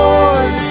Lord